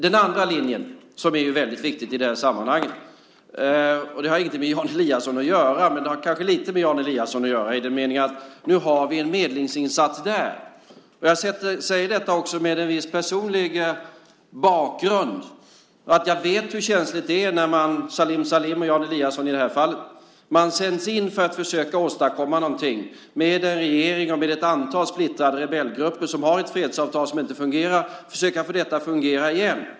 Den andra linjen är också väldigt viktig i det här sammanhanget. Det har kanske lite med Jan Eliasson att göra, i den meningen att vi nu har en medlingsinsats där. Jag säger detta också med en viss personlig bakgrund. Jag vet hur känsligt det är, med Salim Salim och Jan Eliasson i det här fallet. Man sänds in för att försöka åstadkomma någonting, med en regering och med ett antal splittrade rebellgrupper som har ett fredsavtal som inte fungerar, att försöka få detta att fungera igen.